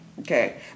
Okay